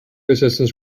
assistants